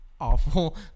awful